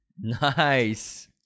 Nice